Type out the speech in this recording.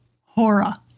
Hora